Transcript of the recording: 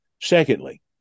Secondly